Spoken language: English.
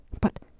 But